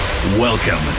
Welcome